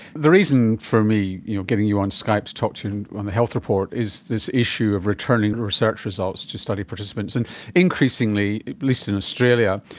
the reason for me you know getting you on skype to talk on the health report is this issue of returning research results to study participants, and increasingly, at least in australia,